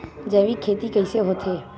जैविक खेती कइसे होथे?